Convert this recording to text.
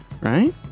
right